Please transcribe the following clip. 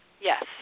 Yes